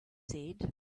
said